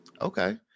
Okay